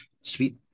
sweet